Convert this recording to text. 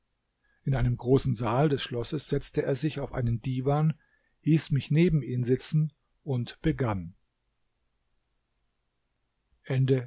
in einem großen saal des schlosses setzte er sich auf einen divan hieß mich neben ihn sitzen und begann